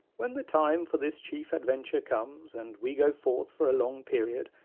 when the time for this chief adventure comes, and we go forth for a long period,